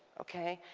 ok?